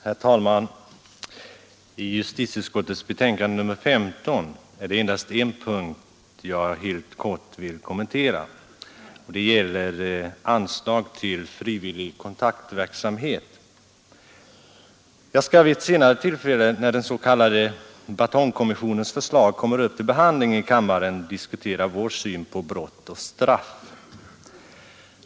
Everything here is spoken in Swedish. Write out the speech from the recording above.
Herr talman! I justitieutskottets betänkande nr 15 är det endast en punkt jag helt kortfattat vill kommentera. Det gäller anslag till frivillig kontaktverksamhet. Jag skall vid ett senare tillfälle, när den s.k. batongkommissionens förslag kommer upp till behandling i kammaren, diskutera vår syn på brott och straff.